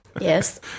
Yes